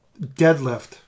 Deadlift